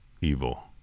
evil